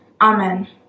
Amen